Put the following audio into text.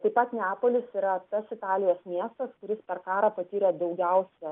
taip pat neapolis yra tas italijos miestas kuris per karą patyrė daugiausia